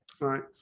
right